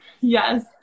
Yes